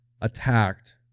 attacked